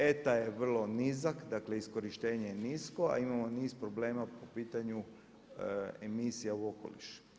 ETA je vrlo nizak, dakle iskorištenje je nisko a imamo niz problema po pitanju emisija u okoliš.